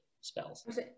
spells